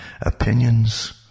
opinions